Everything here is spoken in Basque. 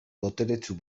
boteretsu